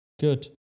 good